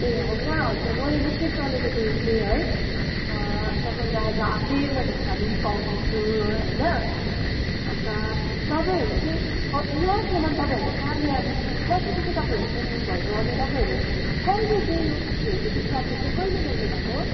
ए hunger hut झन् अहिले निक्कै चलेको देखेको थिएँ है अनि त तपाईँले आज आफैँ मैले खानु पनि पाउँदैछु होइन अनि त तपाईँहरू चाहिँ यहाँसम्मन् तपाईँहरूको कामयाबी पुग् कसरी चाहिँ तपाईँहरू पुग्नुभयो अनि तपाईँहरूले कहिले चाहिँ यो खोल्नु इस्टाब्लिस चाहिँ कहिले गर्नुभएको